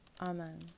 Amen